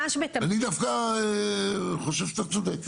אני דווקא חושב שאתה צודק.